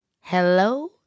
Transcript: Hello